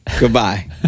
goodbye